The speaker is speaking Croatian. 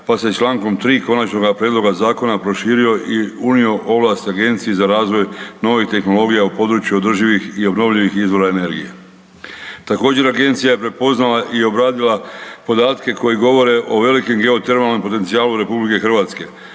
pa se čl. 3. konačnoga prijedloga zakona prošio i unio ovlast Agencije za razvoj novih tehnologija u području održivih i obnovljivih izvora energije. Također agencija je prepoznala i obradila podatke koji govore o velikom geotermalnom potencijalu RH, a